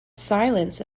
silence